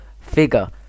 figure